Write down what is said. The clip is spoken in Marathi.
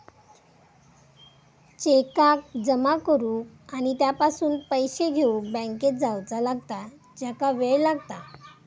चेकाक जमा करुक आणि त्यापासून पैशे घेउक बँकेत जावचा लागता ज्याका वेळ लागता